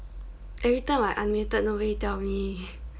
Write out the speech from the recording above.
every time I unmuted nobody tell me